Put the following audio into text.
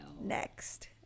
Next